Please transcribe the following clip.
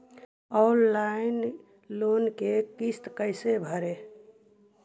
Online loan के किस्त कैसे भरे?